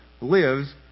lives